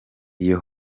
iyo